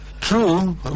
True